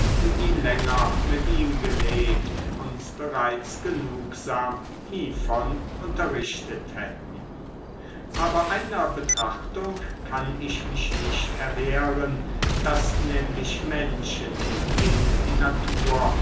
die länger mit ihm gelebt uns bereits genugsam hievon unterrichtet hätten aber einer betrachtung kann ich mich nicht erwehren daß nämlich menschen denen die natur